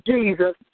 Jesus